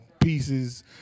pieces